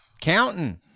Counting